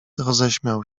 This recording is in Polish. roześmiał